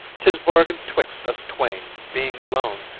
tis bargain'd twixt us twain, being alone,